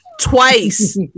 Twice